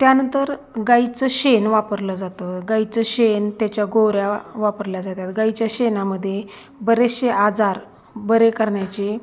त्यानंतर गाईचं शेण वापरलं जातं गाईचं शेण त्याच्या गोवऱ्या वापरल्या जातात गाईच्या शेणामध्ये बरेचसे आजार बरे करण्याचे